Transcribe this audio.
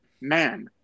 man